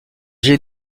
jets